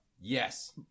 Yes